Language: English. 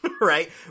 Right